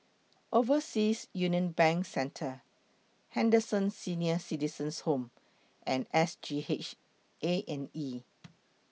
Overseas Union Bank Centre Henderson Senior Citizens' Home and S G H A and E